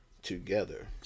together